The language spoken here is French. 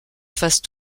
fasse